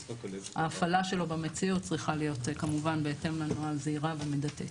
ההפעלה שלו במציאות צריכה להיות כמובן בהתאם לנוהל זהירה ומידתית.